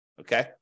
Okay